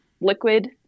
liquid